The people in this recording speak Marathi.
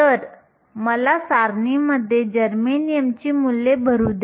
तरमला सारणीमध्ये जर्मेनियमची मूल्ये भरु द्या